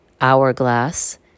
hourglass